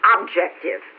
objective